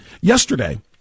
Yesterday